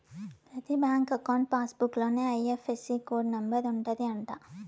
ప్రతి bank account passbook లోనే IFSC number ఉంటది అంట